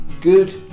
Good